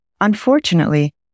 unfortunately